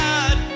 God